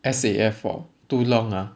S_A_F for too long ah